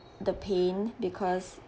the pain because